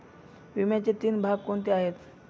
विम्याचे तीन भाग कोणते आहेत?